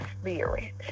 spirit